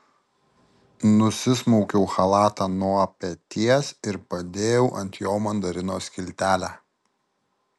nusismaukiau chalatą nuo peties ir padėjau ant jo mandarino skiltelę